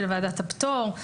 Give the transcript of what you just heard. של ועדת הפטור,